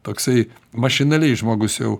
toksai mašinaliai žmogus jau